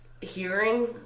hearing